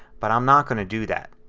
but i'm not going to do that.